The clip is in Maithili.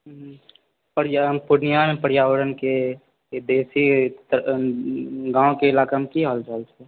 पर्या पूर्णियामे पर्यावरणके बेसी गाँवके इलाकामे की हालचाल छै